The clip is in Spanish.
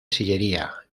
sillería